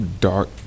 dark